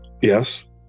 Yes